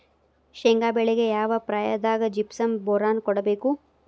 ಶೇಂಗಾ ಬೆಳೆಗೆ ಯಾವ ಪ್ರಾಯದಾಗ ಜಿಪ್ಸಂ ಬೋರಾನ್ ಕೊಡಬೇಕು?